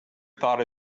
thought